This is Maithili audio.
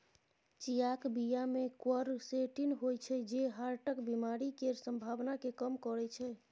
चियाक बीया मे क्वरसेटीन होइ छै जे हार्टक बेमारी केर संभाबना केँ कम करय छै